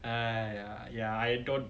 !aiya! ya I don't